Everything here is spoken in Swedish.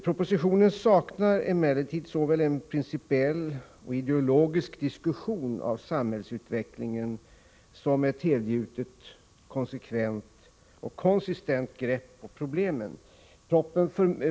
Propositionen saknar emellertid såväl en principiell och ideologisk diskussion om samhällsutvecklingen som ett helgjutet, konsekvent och konsistent grepp på problemen.